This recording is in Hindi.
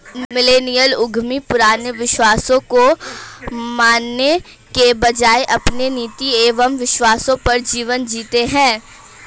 मिलेनियल उद्यमी पुराने विश्वासों को मानने के बजाय अपने नीति एंव विश्वासों पर जीवन जीते हैं